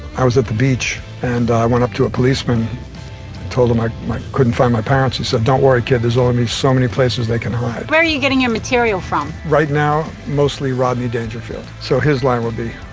i was at the beach and i went up to a policeman and told them i couldn't find my parents. he said, don't worry kid, there's only so many places they can hide. where are you getting your material from? right now, mostly rodney dangerfield. so his line would be,